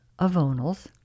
Avonals